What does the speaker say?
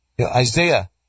Isaiah